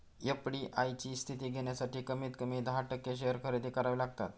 FDI ची स्थिती घेण्यासाठी कमीत कमी दहा टक्के शेअर खरेदी करावे लागतात